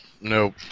Nope